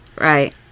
right